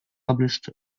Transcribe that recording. published